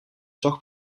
toch